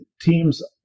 Teams